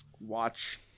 watch